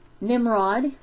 Nimrod